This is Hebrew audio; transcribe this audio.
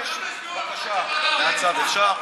אני מבקש בקשה, מהצד, אפשר?